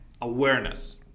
awareness